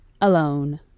alone